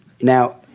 Now